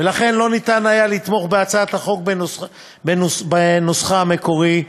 ולכן לא ניתן היה לתמוך בהצעת החוק בנוסחה המקורי.